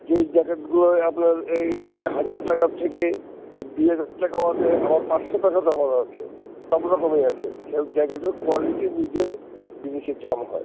যেই জ্যাকেটগুলোয় আপনার এই হাজার টাকার থেকে দুই হাজার টাকাও আছে আবার পাঁচশো টাকা দামেরও আছে সব রকমই আছে সেই জ্যাকেটের কোয়ালিটি বুঝে জিনিসের দাম হয়